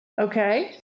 Okay